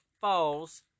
falls